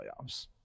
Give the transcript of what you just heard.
playoffs